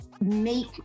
make